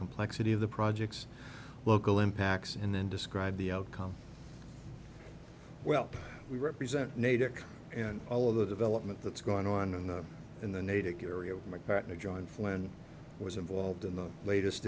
complexity of the project's local impacts and then describe the outcome well we represent natick and all of the development that's going on in the in the natick area with my partner john flynn was involved in the latest